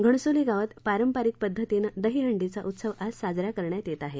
घणसोली गावात पारंपरिक पध्दतीनं दहीहंडीचा उत्सव आज साजरा करण्यात येत आहे